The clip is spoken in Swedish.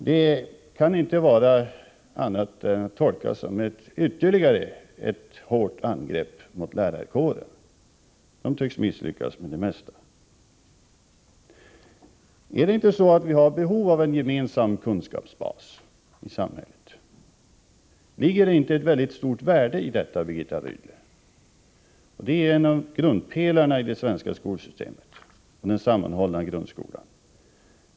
Det kan inte tolkas som annat än ytterligare ett hårt angrepp mot lärarkåren. Den tycks misslyckas med det mesta. Är det inte så att vi har behov av en gemensam kunskapsbas i samhället? Ligger det inte ett mycket stort värde i detta, Birgitta Rydle? Det är en av grundpelarna i det svenska skolsystemet och den sammanhållna grundskolan.